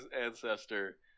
ancestor